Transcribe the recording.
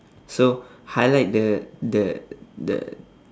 so highlight the the the